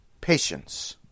patience